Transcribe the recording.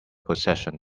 possession